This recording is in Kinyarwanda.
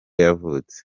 yavutse